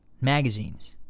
magazines